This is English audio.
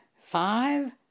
five